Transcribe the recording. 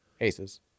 Aces